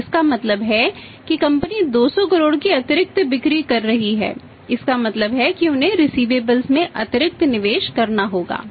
तो इसका मतलब है कि कंपनी 200 करोड़ की अतिरिक्त बिक्री कर रही है इसका मतलब है कि उन्हें रिसिवेबल्स में अतिरिक्त निवेश करना होगा